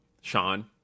Sean